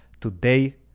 today